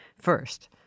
first